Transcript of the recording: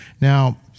Now